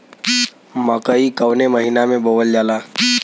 मकई कवने महीना में बोवल जाला?